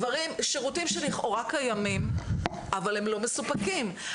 דברים, שירותים שלכאורה קיימים אבל הם לא מסופקים.